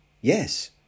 Yes